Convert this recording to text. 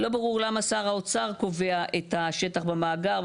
לא ברור למה שר האוצר קובע את השטח במאגר,